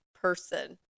person